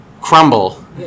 crumble